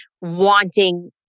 wanting